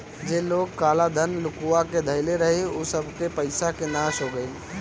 जे लोग काला धन लुकुआ के धइले रहे उ सबके पईसा के नाश हो गईल